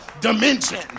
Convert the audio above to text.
dimension